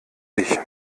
dich